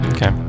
Okay